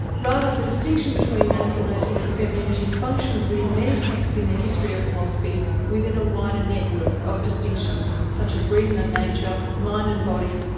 rather, the distinction between masculinity and femininity functions within many texts in the history of philosophy within a wider network of distinctions, such as reason and nature, mind and body,